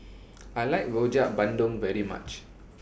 I like Rojak Bandung very much